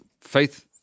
faith